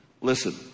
Listen